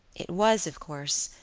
it was, of course,